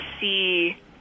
see